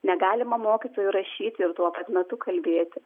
negalima mokytojui rašyti ir tuo pat metu kalbėti